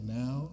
now